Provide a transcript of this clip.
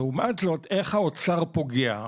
לעומת זאת איך האוצר פוגע?